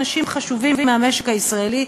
אנשים חשובים מהמשק הישראלי,